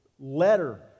Letter